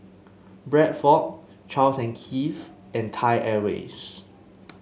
Bradford Charles and Keith and Thai Airways